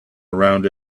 around